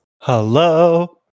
hello